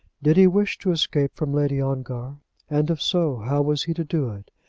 did he wish to escape from lady ongar and if so, how was he to do it?